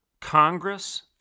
Congress